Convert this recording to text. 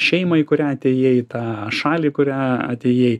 šeimą į kurią atėjai į tą šalį kurią atėjai